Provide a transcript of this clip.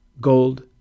gold